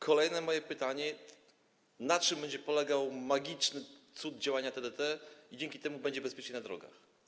Kolejne pytanie: Na czym będzie polegał magiczny cud działania TDT i czy dzięki temu będzie bezpieczniej na drogach?